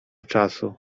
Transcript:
czasu